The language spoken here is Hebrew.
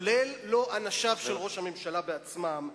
גם לא אנשיו של ראש הממשלה עצמם.